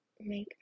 make